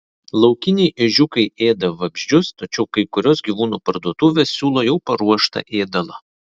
laukiniai ežiukai ėda vabzdžius tačiau kai kurios gyvūnų parduotuvės siūlo jau paruoštą ėdalą